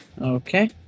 Okay